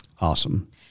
Awesome